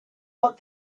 but